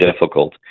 difficult